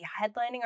headlining